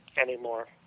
anymore